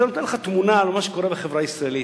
זה נותן לך תמונה על מה שקורה בחברה הישראלית,